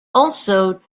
also